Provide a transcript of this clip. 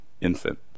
Infant